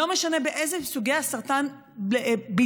לא משנה באילו סוגי סרטן בילדים,